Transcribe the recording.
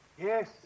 Yes